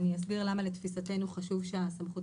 אני אסביר למה לתפיסתנו חשוב שהסמכות